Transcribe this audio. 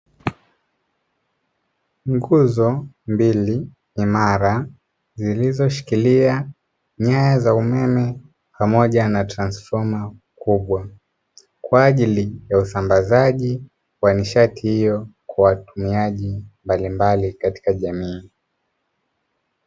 Nguzo mbili imara zilizo shikilia nyaya za umeme pamoja na transifoma kubwa kwa ajili ya usambazaji ya nishati hiyo kwa watumiaji mbalimbali katika jamii.